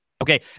Okay